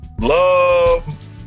love